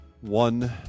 One